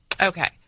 okay